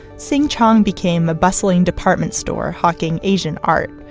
sing chong became a bustling department store, hawking asian art,